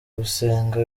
gusenga